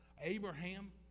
Abraham